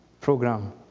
program